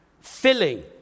filling